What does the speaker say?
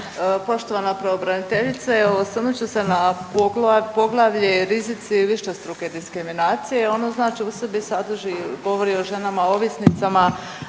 Poštovana pravobraniteljice, evo osvrnut ću se na Poglavlje rizici višestruke diskriminacije. Ono znači u sebi sadrži, govori o ženama ovisnicama,